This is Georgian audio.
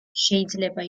შეიძლება